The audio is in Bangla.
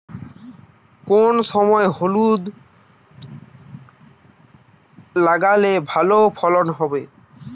কোন সময় হলুদ লাগালে ভালো ফলন হবে?